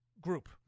group